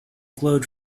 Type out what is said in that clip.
glowed